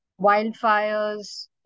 wildfires